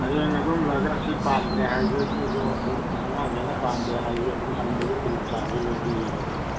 ꯍꯌꯦꯡ ꯑꯗꯨꯝ ꯂꯣꯏꯔꯒ ꯑꯁꯤ ꯄꯥꯝꯗ꯭ꯔꯦ ꯍꯥꯏꯔꯁꯨ ꯑꯗꯣꯏꯁꯨ ꯑꯗꯨꯝ ꯑꯉꯥꯡꯈꯩꯅ ꯄꯥꯝꯗ꯭ꯔꯦ ꯍꯥꯏꯔꯁꯨ ꯑꯗꯨꯝ ꯍꯟꯕꯒꯤ ꯈꯨꯗꯣꯡꯆꯥꯕꯁꯨ ꯂꯣꯏ ꯄꯤꯌꯦꯕ ꯑꯗꯨꯒꯤ